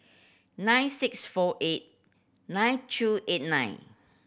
nine six four eight nine two eight nine